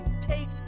take